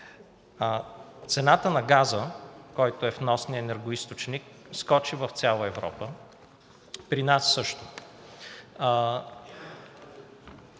Цената на газа, който е вносният енергоизточник, скочи в цяла Европа. При нас също.